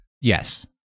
Yes